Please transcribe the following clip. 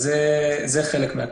זה חלק מהכסף.